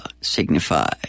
...signify